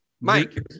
Mike